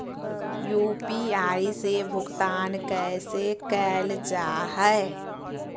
UPI से भुगतान कैसे कैल जहै?